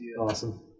awesome